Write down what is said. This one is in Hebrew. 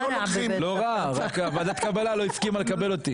הם לא לוקחים דירות מפוארות.